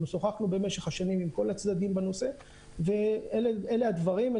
אנחנו שוחחנו במשך השנים עם כל הצדדים בנושא ואלה הדברים.